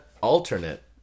alternate